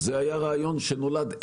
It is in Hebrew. איפה הרעיון הזה נולד?